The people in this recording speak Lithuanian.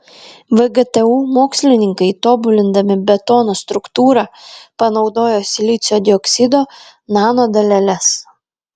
vgtu mokslininkai tobulindami betono struktūrą panaudojo silicio dioksido nanodaleles